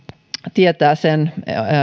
tietää sen